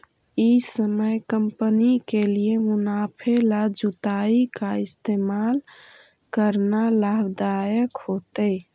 ई समय कंपनी के लिए मुनाफे ला जुताई का इस्तेमाल करना लाभ दायक होतई